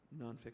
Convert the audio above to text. nonfiction